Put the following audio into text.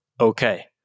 okay